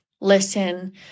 listen